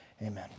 amen